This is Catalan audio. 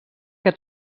que